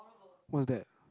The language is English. what's that